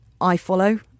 iFollow